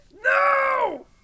No